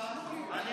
אתה שקרן.